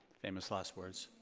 famous last words.